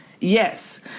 Yes